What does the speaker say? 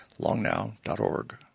longnow.org